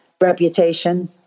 reputation